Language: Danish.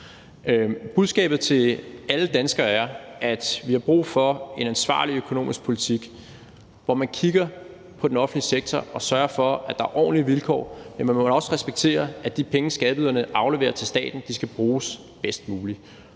Budskabet til alle danskere er, at vi har brug for en ansvarlig økonomisk politik, hvor man kigger på den offentlige sektor og sørger for, at der er ordentlige vilkår. Men man må også respektere, at de penge, skatteyderne afleverer til staten, skal bruges bedst muligt.